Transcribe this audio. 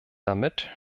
damit